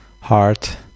heart